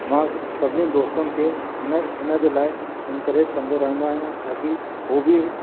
मां सभिनिनि दोस्तनि खे हिन हिनजे लाइ इंकरेज कंदो रहंदो आहियां ताकि हू बि